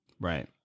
Right